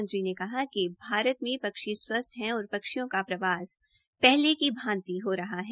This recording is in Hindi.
मंत्री ने कहा कि भारत में पक्षी स्वस्थ है और पक्षियों का प्रवास पहले ही भांति हो रहा है